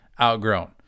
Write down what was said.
outgrown